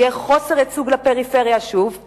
יהיה חוסר ייצוג לפריפריה שוב,